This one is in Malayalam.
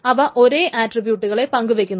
അവ ഒരേ ആട്രിബ്യൂട്ടുകളെ പങ്കു വയ്ക്കുന്നു